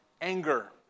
anger